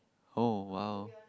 oh !wow!